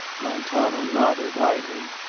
montano nodded, idly.